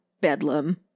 bedlam